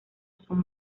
son